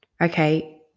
okay